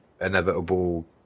inevitable